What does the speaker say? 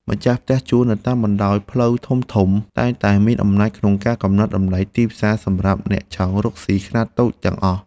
ម្ចាស់ផ្ទះជួលនៅតាមបណ្តោយផ្លូវធំៗតែងតែមានអំណាចក្នុងការកំណត់តម្លៃទីផ្សារសម្រាប់អ្នកចង់រកស៊ីខ្នាតតូចទាំងអស់។